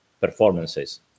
performances